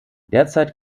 derzeit